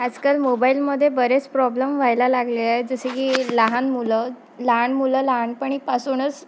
आजकाल मोबाईलमध्ये बरेच प्रॉब्लेम व्हायला लागले आहेत जसे की लहान मुलं लहान मुलं लहानपणीपासूनच